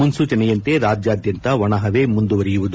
ಮುನ್ಲೂಚನೆಯಂತೆ ರಾಜ್ಯಾದ್ಯಂತ ಒಣಪವೆ ಮುಂದುವರೆಯಲಿದೆ